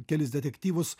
kelis detektyvus